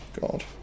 God